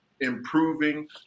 improving